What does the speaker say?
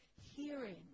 hearing